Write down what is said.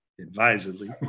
advisedly